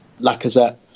Lacazette